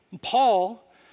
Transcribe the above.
Paul